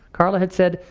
carla had said,